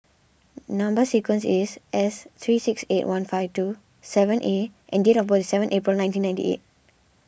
Number Sequence is S three six eight one five two seven A and date of birth is seven April nineteen ninety eight